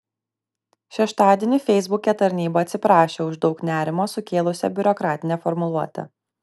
šeštadienį feisbuke tarnyba atsiprašė už daug nerimo sukėlusią biurokratinę formuluotę